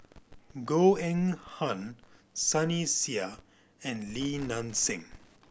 Goh Eng Han Sunny Sia and Li Nanxing